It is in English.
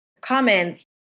comments